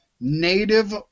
native